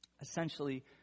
Essentially